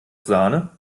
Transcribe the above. sahne